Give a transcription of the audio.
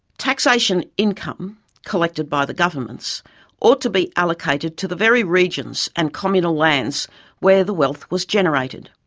taxation income collected by the governments ought to be allocated to the very regions and communal lands where the wealth was generated.